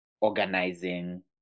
organizing